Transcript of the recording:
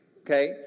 Okay